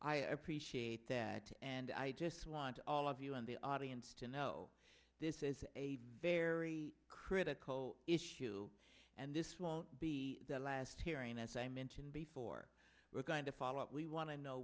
i appreciate that and i just want all of you in the audience to know this is a very critical issue and this won't be the last hearing as i mentioned before we're going to follow up we want to know